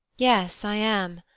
yes, i am.